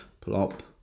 plop